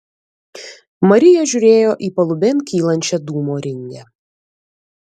marija žiūrėjo į palubėn kylančią dūmo ringę